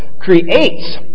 creates